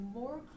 more